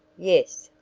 yes,